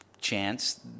chance